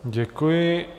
Děkuji.